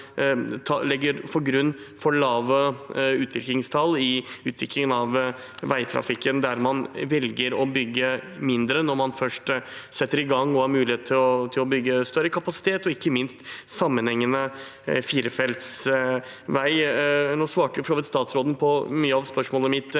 legger til grunn for lave utviklingstall ved utviklingen av veitrafikken der man velger å bygge mindre når man først setter i gang og har mulighet til å bygge større kapasitet og ikke minst sammenhengende firefelts vei. Nå svarte for så vidt statsråden på mye av spørsmålet mitt